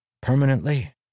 permanently